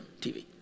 TV